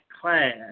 class